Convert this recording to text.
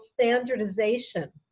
standardization